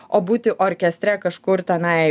o būti orkestre kažkur tenai